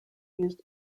used